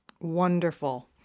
Wonderful